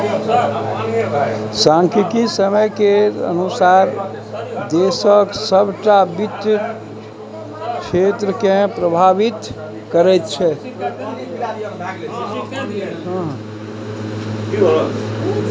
सांख्यिकी समय केर अनुसार देशक सभटा वित्त क्षेत्रकेँ प्रभावित करैत छै